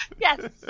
yes